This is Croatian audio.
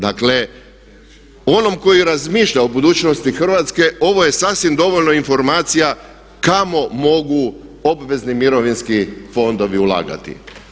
Dakle onom koji razmišlja o budućnosti Hrvatske ovo je sasvim dovoljno informacija kamo mogu obvezni mirovinski fondovi ulagati.